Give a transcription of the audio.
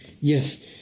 Yes